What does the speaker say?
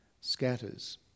scatters